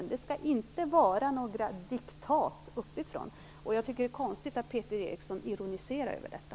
Det skall inte vara några diktat uppifrån. Jag tycker att det är konstigt att Peter Eriksson ironiserar över detta.